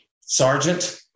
Sergeant